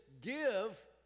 give